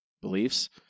beliefs